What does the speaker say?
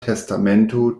testamento